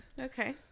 Okay